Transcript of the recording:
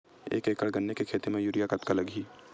एक एकड़ गन्ने के खेती म यूरिया कतका लगही?